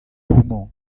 homañ